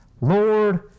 Lord